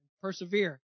persevere